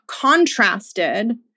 contrasted